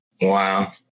wow